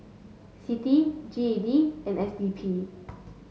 CITI G E D and S D P